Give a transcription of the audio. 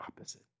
opposite